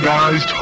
Guys